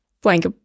blank